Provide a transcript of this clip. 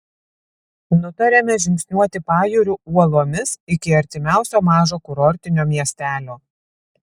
nutarėme žingsniuoti pajūriu uolomis iki artimiausio mažo kurortinio miestelio